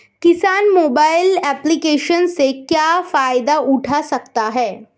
किसान mobile application से क्या फायदा उठा सकता है?